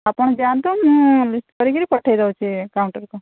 ଆପଣ ଯାଆନ୍ତୁ ମୁଁ ଲିଷ୍ଟ କରିକିରି ପଠେଇ ଦେଉଛି କାଉଣ୍ଟରକୁ